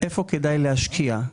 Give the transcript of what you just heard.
איפה כדאי להשקיע.